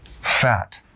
fat